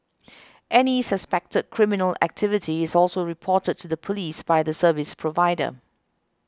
any suspected criminal activity is also reported to the police by the service provider